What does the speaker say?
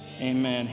Amen